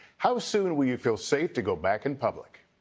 how soon will you feel safe to go back in public